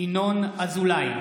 ינון אזולאי,